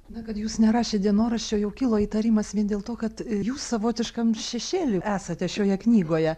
na kad jūs nerašėt dienoraščio jau kilo įtarimas vien dėl to kad jūs savotiškam šešėly esate šioje knygoje